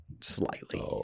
slightly